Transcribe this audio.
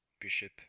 Bishop